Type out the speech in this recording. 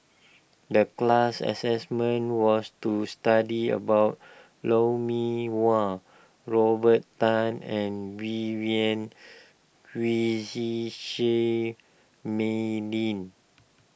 the class assessment was to study about Lou Mee Wah Robert Tan and Vivien Quahe Seah Mei Lin